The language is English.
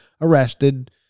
arrested